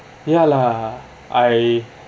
ya lah I